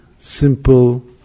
simple